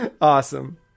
Awesome